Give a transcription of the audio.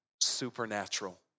supernatural